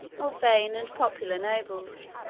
of vain and popular nobles,